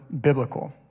biblical